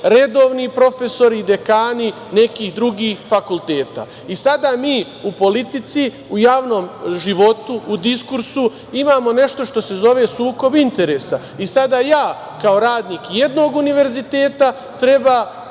redovni profesori, dekani nekih drugih fakulteta. I sada mi u politici u javnom životu, u diskursu, imamo nešto što se zove sukob interesa i sada ja kao radnik jednog univerziteta treba